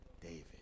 David